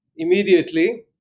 immediately